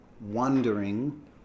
wondering